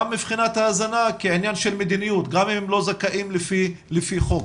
מבחינת ההזנה כעניין של מדיניות גם אם הם לא זכאים לפי חוק.